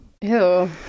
Ew